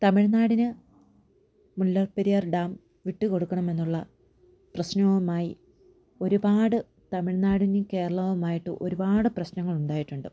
തമിഴ്നാടിന് Mullaperiyar dam വിട്ട് കൊടുക്കണമെന്നുള്ള പ്രശ്നമായി ഒരുപാട് തമിഴ്നാടിനെയും കേരളവുമായി ഒരുപാട് പ്രശ്നങ്ങൾ ഉണ്ടായിട്ടുണ്ട്